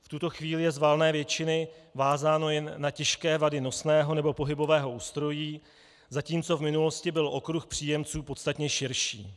V tuto chvíli je z valné většiny vázáno jen na těžké vady nosného nebo pohybového ústrojí, zatímco v minulosti byl okruh příjemců podstatně širší.